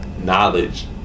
knowledge